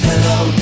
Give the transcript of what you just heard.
Hello